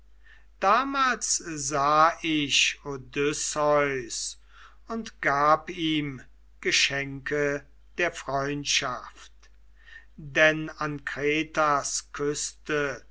damals sah ich odysseus und gab ihm geschenke der freundschaft denn an kretas küste